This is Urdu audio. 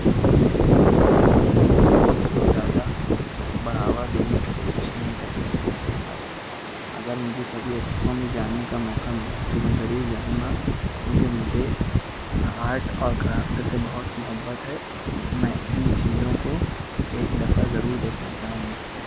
اس لیے ان چیزوں کو زیادہ بڑھاوا دینے کی کوشش نہیں کرتے اگر مجھے کبھی ایکسپو میں جانے کا موقع ملا تو میں ضرور جاؤں گا کیونکہ مجھے آرٹ اور کرافٹ سے بہت محبت ہے میں ان چیزوں کو ایک دفعہ ضرور دیکھنا چاہوں گا